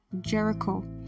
Jericho